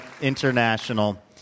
International